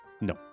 No